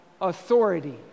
authority